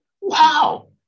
Wow